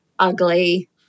ugly